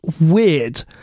weird